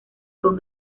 con